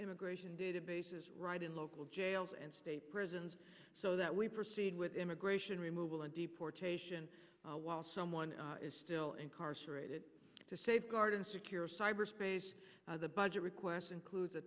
immigration databases right in local jails and state prisons so that we proceed with immigration removal and deportation while someone is still incarcerated to safeguard and secure cyberspace the budget request includes a